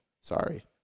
Sorry